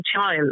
child